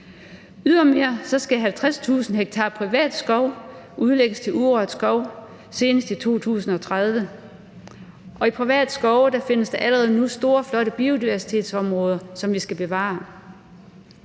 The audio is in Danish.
Ydermere skal 50.000 ha privat skov udlægges til urørt skov senest i 2030. Og i private skove findes der allerede nu store, flotte biodiversitetsområder, som vi skal bevare.